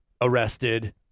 arrested